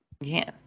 Yes